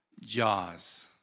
Jaws